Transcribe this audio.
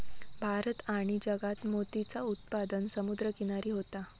भारत आणि जगात मोतीचा उत्पादन समुद्र किनारी होता